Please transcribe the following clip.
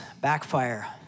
backfire